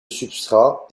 substrat